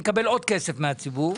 נקבל עוד כסף מהציבור.